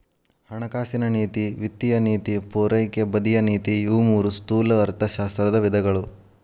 ಹಣಕಾಸಿನ ನೇತಿ ವಿತ್ತೇಯ ನೇತಿ ಪೂರೈಕೆ ಬದಿಯ ನೇತಿ ಇವು ಮೂರೂ ಸ್ಥೂಲ ಅರ್ಥಶಾಸ್ತ್ರದ ವಿಧಗಳು